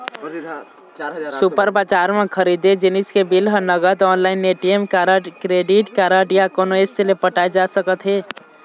super बजार म खरीदे जिनिस के बिल ह नगद, online, ATM card, credit card या कोनो ऐप्स ले पटाए जा सकत हे